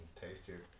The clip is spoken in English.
tastier